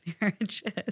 marriages